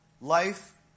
Life